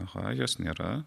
aha jos nėra